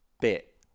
bit